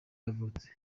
yavutse